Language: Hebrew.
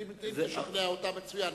אם תשכנע אותם, מצוין.